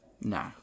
no